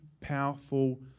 powerful